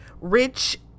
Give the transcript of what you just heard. Rich